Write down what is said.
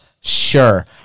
sure